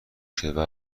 شده